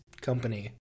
company